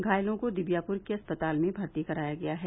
घायलों को दिबियापुर के अस्पताल में भर्ती कराया गया है